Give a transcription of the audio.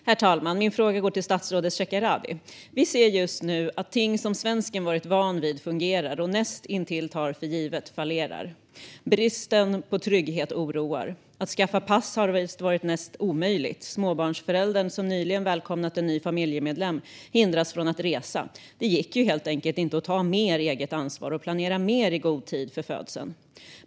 Herr talman! Min fråga går till statsrådet Shekarabi. Vi ser just nu att ting fallerar som svensken varit van vid fungerar och näst intill tagit för givna. Bristen på trygghet oroar. Att skaffa pass har visst varit mest omöjligt. Småbarnsföräldern som nyligen välkomnat en ny familjemedlem hindras från att resa. Det gick helt enkelt inte att ta mer eget ansvar och planera mer för födseln i god tid.